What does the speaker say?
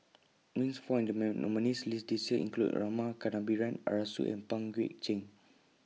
Names found nominees' list This Year include Rama Kannabiran Arasu and Pang Guek Cheng